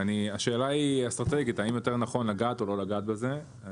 השאלה היא אסטרטגית האם יותר נכון לגעת או לא לגעת בזה.